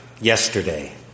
Yesterday